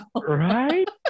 Right